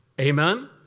Amen